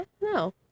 no